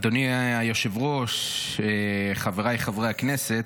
אדוני היושב-ראש, חבריי חברי הכנסת,